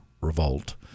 revolt